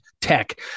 tech